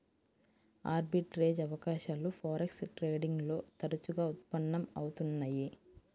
arbitrage అవకాశాలు forex trading లో తరచుగా ఉత్పన్నం అవుతున్నయ్యి